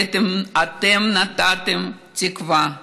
אתם נתתם תקווה,